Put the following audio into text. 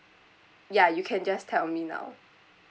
ya you can just tell me now